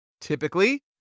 typically